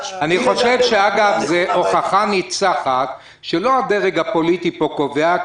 --- אני חושב שזה הוכחה ניצחת לכך שלא הדרג הפוליטי פה קובע,